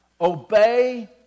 Obey